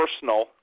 personal